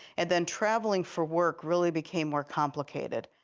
and then traveling for work really became more complicated.